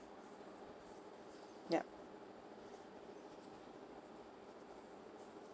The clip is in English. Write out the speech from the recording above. yup